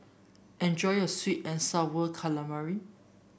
enjoy your sweet and sour calamari